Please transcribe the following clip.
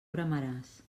veremaràs